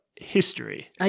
history